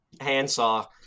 handsaw